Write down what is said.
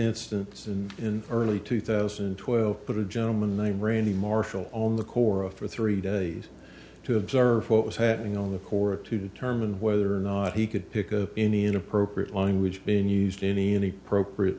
instance and in early two thousand and twelve put a gentleman named randy marshall on the cora for three days to observe what was happening on the court to determine whether or not he could pick of any inappropriate language being used any any procri